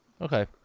okay